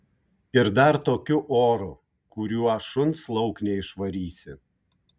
ir dar tokiu oru kuriuo šuns lauk neišvarysi